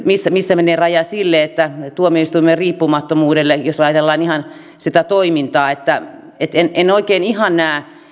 missä missä menee raja sille tuomioistuimen riippumattomuudelle jos ajatellaan ihan sitä toimintaa en en oikein ihan näe